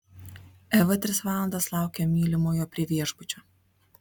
eva tris valandas laukė mylimojo prie viešbučio